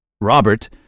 Robert